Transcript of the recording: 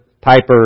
Piper